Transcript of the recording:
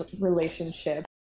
relationship